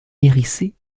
hérissées